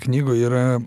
knygoj yra